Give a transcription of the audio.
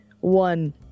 one